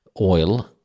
oil